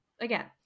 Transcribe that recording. again